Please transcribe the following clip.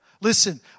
Listen